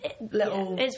little